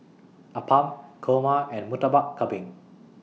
Appam Kurma and Murtabak Kambing